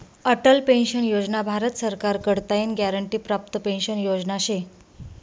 Atal pension Yojana Bharat सरकार कडताईन guarantee प्राप्त पेंशन योजना शे